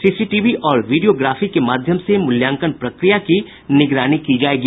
CCTV और videography के माध्यम से मूल्यांकन प्रक्रिया की निगरानी की जायेगी